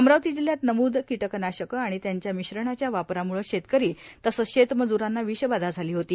अमरावती जिल्ह्यात नमूद कीटकनाशके आणि त्यांच्या मिश्रणाच्या वापराम्ळे शेतकरी आणि शेतमज्रांना विषबाधा झाली होती